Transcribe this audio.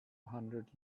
hundred